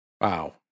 Wow